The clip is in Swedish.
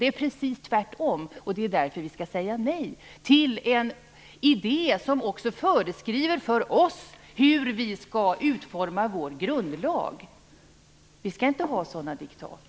Det är precis tvärtom, och det är därför vi skall säga nej till en idé som föreskriver för oss i Sverige hur vi skall utforma vår grundlag. Vi skall inte ha sådana diktat.